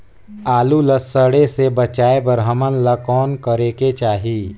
आलू ला सड़े से बचाये बर हमन ला कौन करेके चाही?